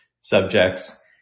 subjects